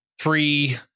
three